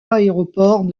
aéroport